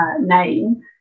Name